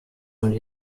und